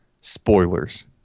spoilers